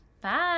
Bye